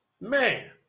Man